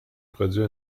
produit